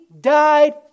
died